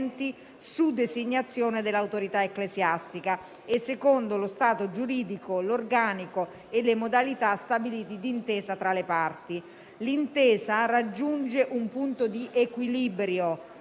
su designazione dell'autorità ecclesiastica e secondo lo stato giuridico, l'organico e le modalità stabiliti d'intesa tra le parti. L'Intesa raggiunge un punto di equilibrio